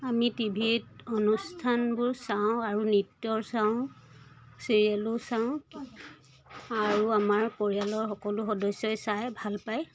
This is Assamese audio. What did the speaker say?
আমি টিভিত অনুষ্ঠানবোৰ চাওঁ আৰু নৃত্য চাওঁ চিৰিয়েলো চাওঁ আৰু আমাৰ পৰিয়ালৰ সকলো সদস্যই চাই ভাল পায়